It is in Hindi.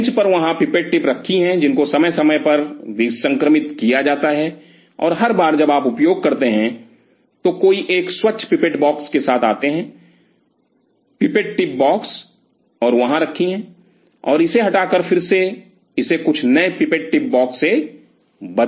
जो बेंच पर वहाँ पिपेट टिप रखी हैं जिनको समय समय पर विसंक्रमित किया जाता है और हर बार जब आप उपयोग करते हैं तो कोई एक स्वच्छ पिपेट बॉक्स के साथ आता है पिपेट टिप बॉक्स और वहाँ रखी और इसे हटा के फिर से इसे कुछ नए पिपेट टिप बॉक्स से बदल लें